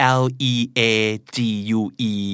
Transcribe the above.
league